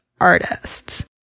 artists